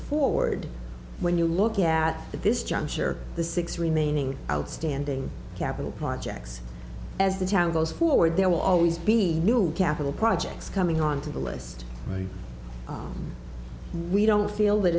forward when you look at this juncture the six remaining outstanding capital projects as the town goes forward there will always he new capital projects coming on to the list we don't feel that